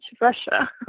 Russia